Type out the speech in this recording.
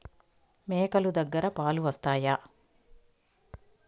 మేక లు దగ్గర పాలు వస్తాయా?